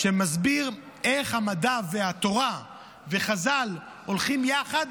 והוא מסביר איך המדע והתורה וחז"ל הולכים יחד,